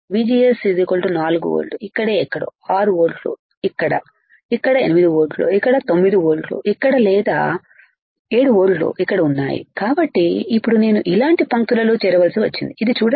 VGS 4 volt ఇక్కడే ఎక్కడో 6 వోల్ట్లు ఇక్కడ ఇక్కడ 8 వోల్ట్లు ఇక్కడ 9 వోల్ట్లుఇక్కడ లేదా 7 వోల్ట్లు ఇక్కడ ఉన్నాయికాబట్టి ఇప్పుడు నేను ఇలాంటి పంక్తులలో చేరవలసి వచ్చింది ఇది చూడండి